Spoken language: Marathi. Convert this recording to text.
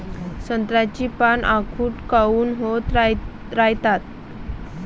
संत्र्याची पान आखूड काऊन होत रायतात?